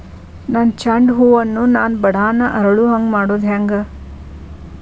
ನನ್ನ ಚಂಡ ಹೂ ಅನ್ನ ನಾನು ಬಡಾನ್ ಅರಳು ಹಾಂಗ ಮಾಡೋದು ಹ್ಯಾಂಗ್?